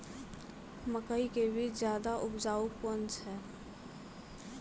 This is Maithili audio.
मकई के बीज ज्यादा उपजाऊ कौन है?